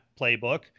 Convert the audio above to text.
playbook